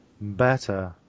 better